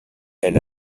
elle